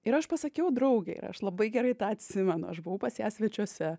ir aš pasakiau draugei ir aš labai gerai tą atsimenu aš buvau pas ją svečiuose